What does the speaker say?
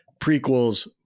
prequels